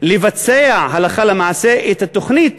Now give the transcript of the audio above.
לבצע הלכה למעשה את התוכנית